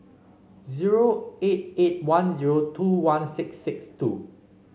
zero eight eight one zero two one six six two